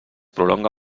prolonga